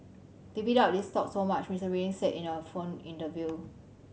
they bid up these stocks so much Mister Reading said in a phone interview